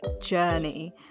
journey